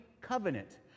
covenant